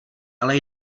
ale